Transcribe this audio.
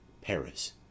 Paris